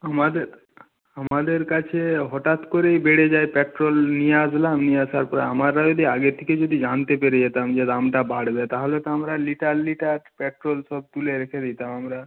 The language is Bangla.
আমাদের আমাদের কাছে হঠাৎ করেই বেড়ে যায় পেট্রোল নিয়ে আসলাম নিয়ে আসার পর আমরা যদি আগে থেকে যদি জানতে পেরে যেতাম যে দামটা বাড়বে তাহলে তো আমরা লিটার লিটার পেট্রোল সব তুলে রেখে দিতাম আমরা